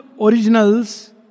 originals